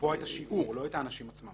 לקבוע את השיעור, לא את האנשים עצמם.